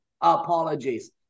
apologies